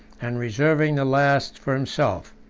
and reserving the last for himself.